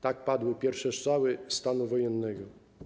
Tak padły pierwsze strzały stanu wojennego.